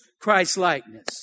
Christ-likeness